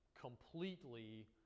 completely